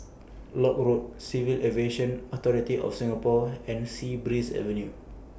Lock Road Civil Aviation Authority of Singapore and Sea Breeze Avenue